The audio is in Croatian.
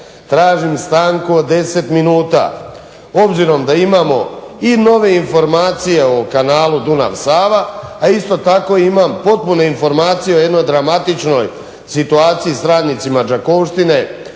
tražim stanku od 10 minuta obzirom da imamo i nove informacije o kanalu Dunav-Sava, a isto tako imam potpune informacije o jednoj dramatičnoj situaciji s radnicima Đakovštine